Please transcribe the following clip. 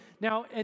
Now